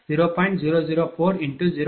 752 0